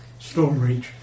Stormreach